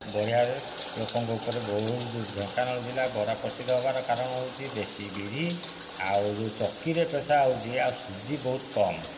ବଢ଼ିଆରେ ଲୋକଙ୍କ ଉପରେ ବହୁତ ଢେଙ୍କାନାଳ ଜିଲ୍ଲା ବରା ପ୍ରସିଦ୍ଧ ହେବାର କାରଣ ହେଉଛି ଦେଶୀ ବିରି ଆଉ ଯେଉଁ ଚକିରେ ପେଷା ହେଉଛି ଆଉ ସୁଜି ବହୁତ କମ